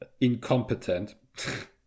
incompetent